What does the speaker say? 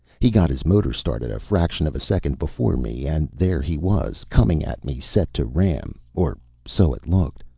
he got his motor started a fraction of a second before me, and there he was, coming at me, set to ram. or so it looked.